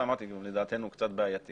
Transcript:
ואמרתי שגם לדעתנו הוא קצת בעייתי